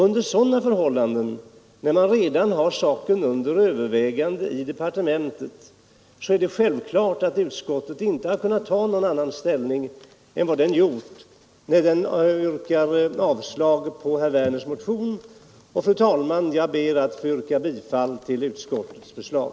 Eftersom man alltså redan har saken under övervägande i departementet är det självklart att utskottet inte har kunnat ta någon annan ställning än utskottet gjort när det avstyrkt herr Werners motion. Fru talman! Jag ber att få yrka bifall till utskottets förslag.